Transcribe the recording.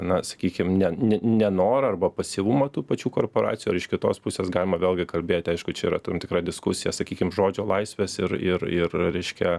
na sakykim ne ne ne norą arba pasyvumą tų pačių korporacijų ar iš kitos pusės galima vėlgi kalbėti aišku čia yra tam tikra diskusija sakykim žodžio laisvės ir ir ir reiškia